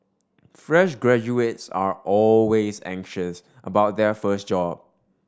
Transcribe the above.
fresh graduates are always anxious about their first job